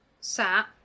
sat